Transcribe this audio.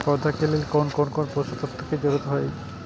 पौधा के लेल कोन कोन पोषक तत्व के जरूरत अइछ?